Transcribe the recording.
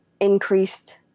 increased